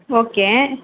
okay